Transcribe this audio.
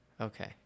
Okay